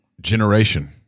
generation